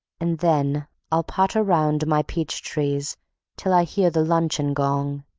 and then i'll potter round my peach-trees till i hear the luncheon gong.